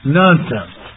nonsense